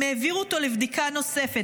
הם העבירו אותו לבדיקה נוספת,